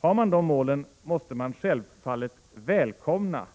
Har man de målen, måste man självfallet välkomna